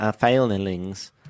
failings